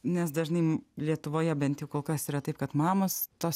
nes dažnai lietuvoje bent jau kol kas yra taip kad mamos tos